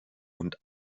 und